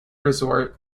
resort